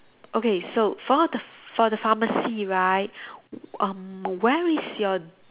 okay so for the for the pharmacy right um where is your